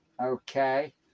Okay